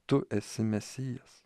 tu esi mesijas